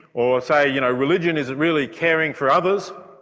or say you know religion is really caring for others,